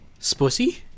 Spussy